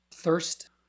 thirst